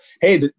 hey